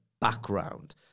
background